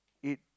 eat